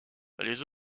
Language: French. les